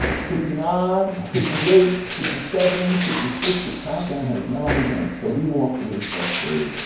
fifty nine, fifty eight, fifty seven, fifty six, the countdown has now begun. so he walks away frustrated.